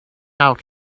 out